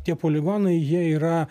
tie poligonai jie yra